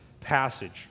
passage